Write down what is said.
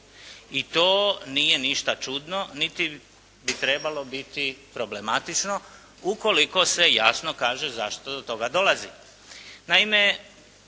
I to nije ništa čudno niti bi trebalo biti problematično, ukoliko se jasno kaže, zašto do toga dolazi.